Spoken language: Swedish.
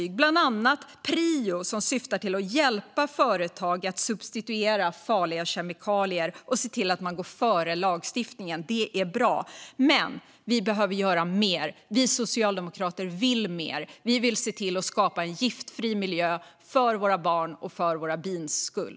Det är bland annat Prio, som syftar till att hjälpa företag att substituera farliga kemikalier och se till att man går före lagstiftningen. Det är bra. Men vi behöver göra mer. Vi socialdemokrater vill mer. Vi vill se till att skapa en giftfri miljö för våra barns och våra bins skull.